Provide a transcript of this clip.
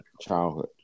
childhood